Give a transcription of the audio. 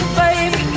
baby